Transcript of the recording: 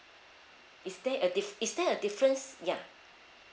is there a di~ is there a difference yeah